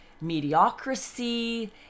mediocrity